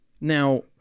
Now